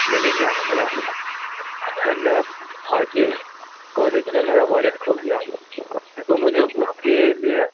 نوید نام ہے میرا میم میرا آج کالج میں میرا والیٹ کھو گیا تو مجھے اُس کے لئے